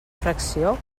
fracció